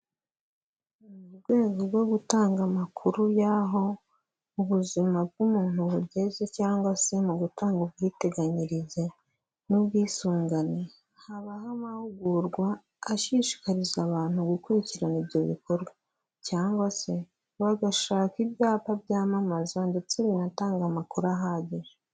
Mu rwego rwo gutanga amakuru y'aho ubuzima bw'umuntu bugeze cyangwa se mu gutanga ubwiteganyirize n'ubwisungane, habaho amahugurwa ashishikariza abantu gukurikirana ibyo bikorwa cyangwa se bagashaka ibyapa byamamaza ndetse binatanga amakuru ahagije.